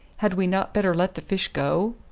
had we not better let the fish go?